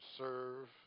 serve